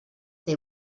they